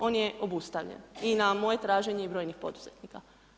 On je obustavljen i na moje traženje i brojnih poduzetnika.